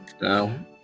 No